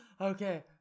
okay